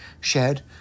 shared